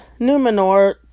Numenor